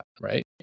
right